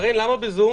קארין, למה בזום?